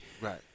Right